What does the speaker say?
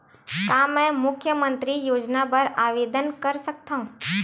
का मैं मुख्यमंतरी योजना बर आवेदन कर सकथव?